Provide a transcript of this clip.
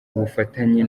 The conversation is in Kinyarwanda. ubufatanye